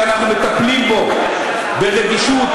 שאנחנו מטפלים בו ברגישות,